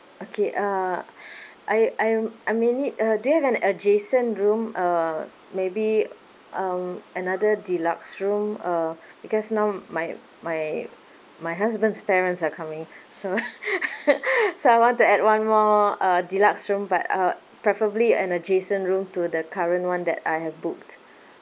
okay uh I I may need uh do you have an adjacent room uh maybe um another deluxe room uh because now my my my husband's parents are coming so so I want to add one more uh deluxe room but uh preferably an adjacent room to the current one that I have booked